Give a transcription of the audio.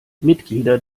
mitglieder